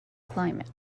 climate